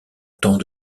temps